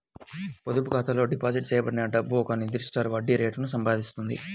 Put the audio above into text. పొదుపు ఖాతాలో డిపాజిట్ చేయబడిన డబ్బు ఒక నిర్దిష్ట వడ్డీ రేటును సంపాదిస్తుంది